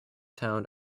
town